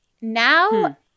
Now